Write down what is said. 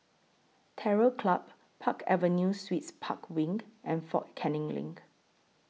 Terror Club Park Avenue Suites Park Wing and Fort Canning LINK